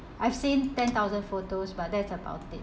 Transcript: I've seen ten thousand photos but that's about it